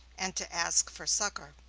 and to ask for succor.